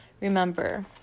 remember